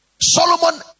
Solomon